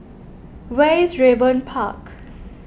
where is Raeburn Park